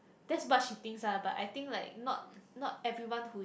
that's what she thinks ah but I think like not not everyone who is